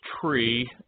tree